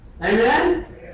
Amen